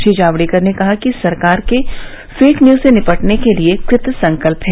श्री जावड़ेकर ने कहा कि सरकार फेक न्यूज से निपटने के लिए कृत संकल्प है